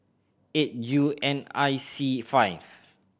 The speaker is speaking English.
eight U N I C five